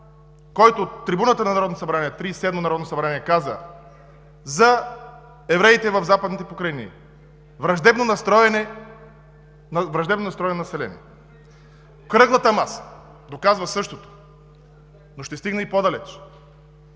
седмото народно събрание каза за евреите в Западните покрайнини „враждебно настроено население“. Кръглата маса доказва същото, но ще стигна и по-далеч.